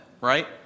right